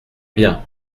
bien